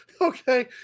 Okay